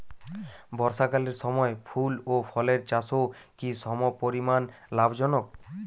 বর্ষাকালের সময় ফুল ও ফলের চাষও কি সমপরিমাণ লাভজনক?